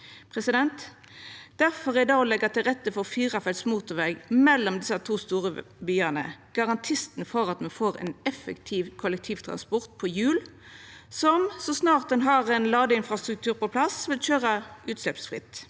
vore inne på. Difor er det å leggja til rette for firefelts motorveg mellom desse to store byane garantisten for at me får ein effektiv kollektivtransport på hjul, som så snart ein har ein ladeinfrastruktur på plass, vil køyre utsleppsfritt.